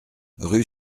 rue